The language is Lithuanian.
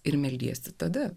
ir meldiesi tada